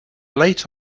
late